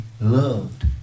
loved